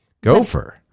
Gopher